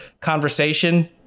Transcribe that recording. conversation